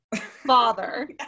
father